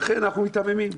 לכן, אנחנו מיתממים.